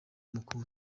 mukunda